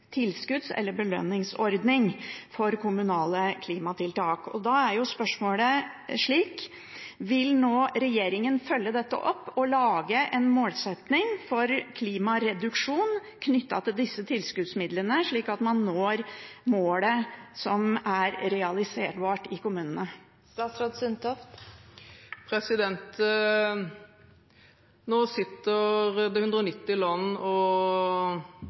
tilskudds- eller belønningsordning for kommunale klimatiltak. Da er spørsmålet slik: Vil regjeringen følge dette opp og lage en målsetting for klimagassreduksjon knyttet til disse tilskuddsmidlene, slik at man når målet som er realiserbart i kommunene? Nå sitter det 190 land og